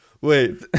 wait